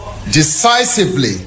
decisively